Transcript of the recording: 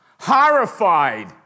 horrified